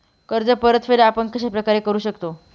कर्ज परतफेड आपण कश्या प्रकारे करु शकतो?